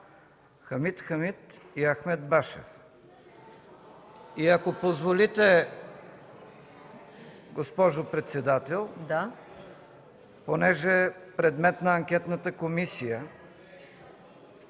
Хамид Хамид и Ахмед Башев. Ако позволите, госпожо председател, понеже предмет на анкетната комисия